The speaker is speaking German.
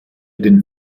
den